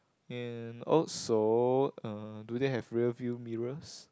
and also uh do they have rear view mirrors